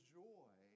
joy